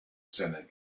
senate